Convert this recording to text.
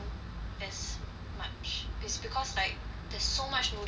as much is because like there's so much noodles